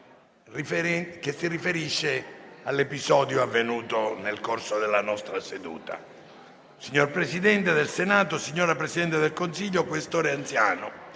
che si riferisce all'episodio avvenuto nel corso della nostra seduta: «Signor Presidente del Senato, signora Presidente del Consiglio, questore anziano,